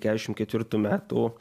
kešim ketvirtų metų